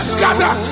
Scatter